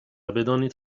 بدانید